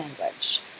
language